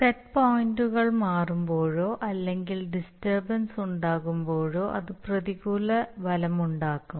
set പോയിന്റുകൾ മാറ്റുമ്പോഴോ അല്ലെങ്കിൽ ഡിസ്റ്റർബൻസ് ഉണ്ടാകുമ്പോഴോ അത് പ്രതികൂല ഫലമുണ്ടാക്കും